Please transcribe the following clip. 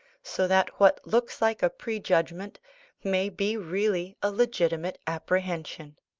so that what looks like a pre-judgment may be really a legitimate apprehension.